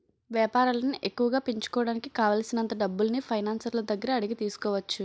వేపారాలను ఎక్కువగా పెంచుకోడానికి కావాలిసినంత డబ్బుల్ని ఫైనాన్సర్ల దగ్గర అడిగి తీసుకోవచ్చు